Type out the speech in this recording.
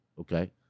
Okay